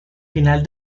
final